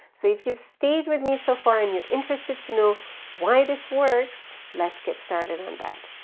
so if you've stayed with me so far and you're interested to know why this works let's get started on that.